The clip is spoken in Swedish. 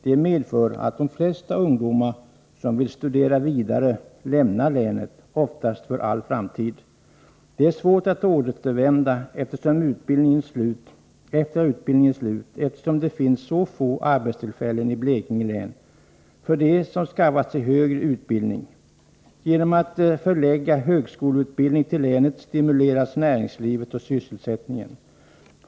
Det medför att de flestäå ungdomar som vill studera vidare lämnar länet, oftast för all framtid. Det är svårt att återvända efter utbildningens slut, eftersom det finns så få arbetstillfällen i Blekinge län för dem som skaffat sig högre utbildning. Genom att förlägga högskoleutbildning till länet stimulerar man näringslivet och sysselsättningen.